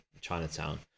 Chinatown